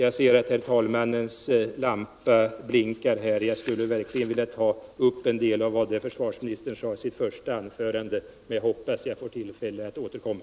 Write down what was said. Jag ser att lampan i talarstolen blinkar. Jag skulle verkligen vilja ta upp en del av vad försvarsministern sade i sitt första anförande och hoppas att jag får tillfälle att återkomma.